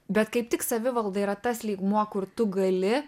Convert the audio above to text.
bet kaip tik savivalda yra tas lygmuo kur tu gali